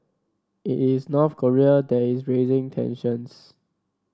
it is North Korea that is raising tensions